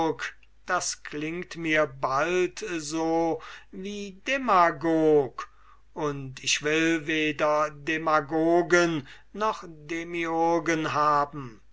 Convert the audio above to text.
das klingt mir bald so wie demagog und ich will weder demagogen noch demiurgen haben